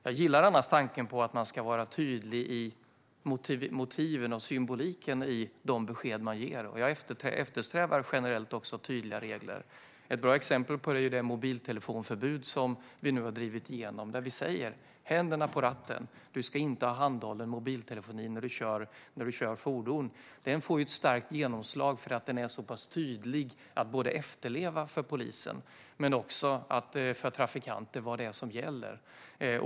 Jag gillar annars tanken på att man ska vara tydlig med motiven och symboliken i de besked man ger, och jag eftersträvar generellt tydliga regler. Ett bra exempel är det mobiltelefonförbud som vi nu har drivit igenom, där vi säger: Händerna på ratten - du ska inte ha handhållen mobiltelefoni när du kör fordon! Detta får ett starkt genomslag därför att det är så pass tydligt och enkelt att efterleva för polisen men också för trafikanterna. Man vet vad det är som gäller.